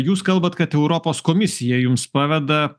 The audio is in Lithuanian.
jūs kalbat kad europos komisija jums paveda